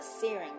searing